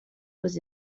was